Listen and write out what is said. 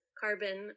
carbon